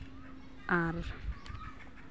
ᱟᱨ